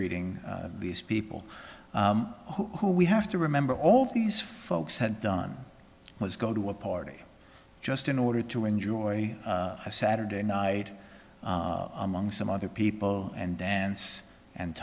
treating these people who we have to remember all these folks had done was go to a party just in order to enjoy a saturday night among some other people and dance and